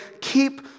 keep